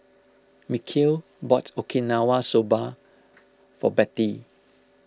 Mikeal bought Okinawa Soba for Bettye